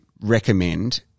recommend